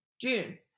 June